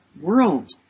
world